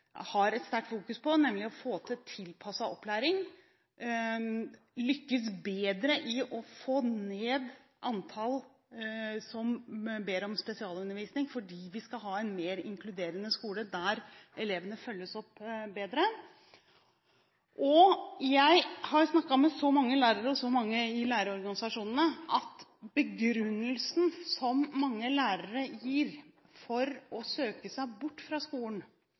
Jeg har snakket med så mange lærere og så mange i lærerorganisasjonene, og begrunnelsen som mange lærere gir for å søke seg bort fra skolen,